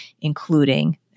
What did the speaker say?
including